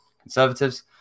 conservatives